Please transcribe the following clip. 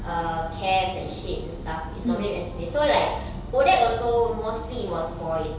err camps and shit and stuff is normally with N_C_C eh so like ODEC also mostly was boys